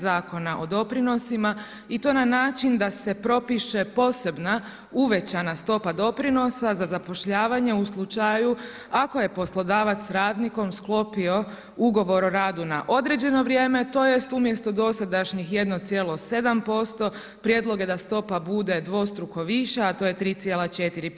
Zakona o doprinosima i to na način da se propiše posebna uvećana stopa doprinosa za zapošljavanje u slučaju ako je poslodavac radnikom sklopio ugovor o radu na određeno vrijeme, tj. umjesto dosadašnjih 1,7% prijedlog je da stopa bude dvostruko viša, a to je 3,4%